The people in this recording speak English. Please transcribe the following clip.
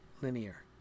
linear